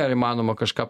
ar įmanoma kažką